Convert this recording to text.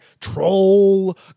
troll